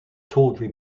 tawdry